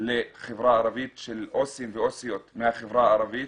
לחברה הערבית של עובדים ועובדות סוציאליים מהחברה הערבית.